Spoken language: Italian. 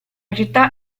città